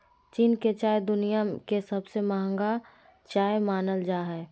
चीन के चाय दुनिया के सबसे महंगा चाय मानल जा हय